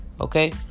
okay